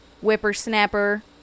whippersnapper